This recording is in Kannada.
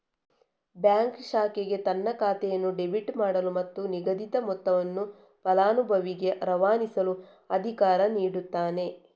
ಬ್ಯಾಂಕ್ ಶಾಖೆಗೆ ತನ್ನ ಖಾತೆಯನ್ನು ಡೆಬಿಟ್ ಮಾಡಲು ಮತ್ತು ನಿಗದಿತ ಮೊತ್ತವನ್ನು ಫಲಾನುಭವಿಗೆ ರವಾನಿಸಲು ಅಧಿಕಾರ ನೀಡುತ್ತಾನೆ